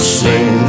sing